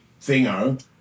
thingo